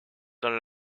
dans